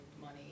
money